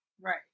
Right